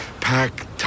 pack